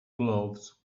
gloves